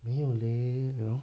没有 leh you know